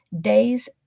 days